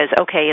okay